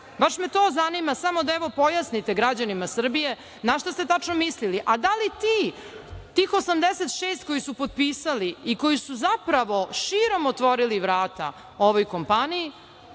Baš me to zanima, samo da evo pojasnite građanima Srbije - na šta ste tačno mislili? Da li tih 86 koji su potpisali i koji su zapravo širom otvorili vrata ovoj kompaniji